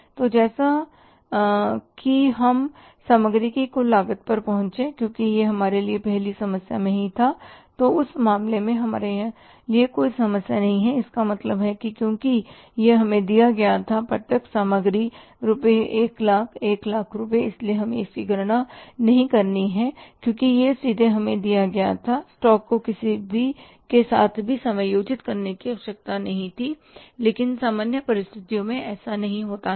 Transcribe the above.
तो जैसा कि हम सामग्री की कुल लागत पर पहुंचे क्योंकि यह हमारे लिए पहली समस्या में ही था तो उस मामले में हमारे लिए कोई समस्या नहीं है इसका मतलब है क्योंकि यह हमें दिया गया था प्रत्यक्ष सामग्री रु 100000 1 लाख रुपये इसलिए हमें इसकी गणना नहीं करनी है क्योंकि यह सीधे हमें दिया गया था स्टॉक को किसी के साथ भी समायोजित करने की आवश्यकता नहीं थी लेकिन सामान्य परिस्थितियों में ऐसा नहीं होता है